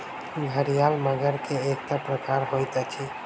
घड़ियाल मगर के एकटा प्रकार होइत अछि